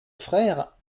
frère